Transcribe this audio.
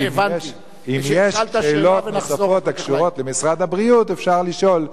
אם יש שאלות נוספות הקשורות למשרד הבריאות אפשר לשאול,